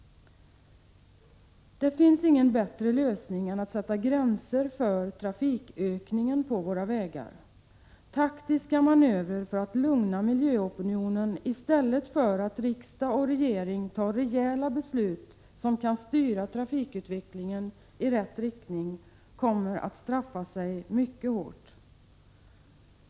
Det finns ingen bättre lösning än att sätta gränser för trafikökningen på våra vägar. Taktiska manövrer för att lugna miljöopinionen i stället för att riksdag och regering fattar rejäla beslut som kan styra trafikutvecklingen i rätt riktning kommer att straffa sig mycket hårt.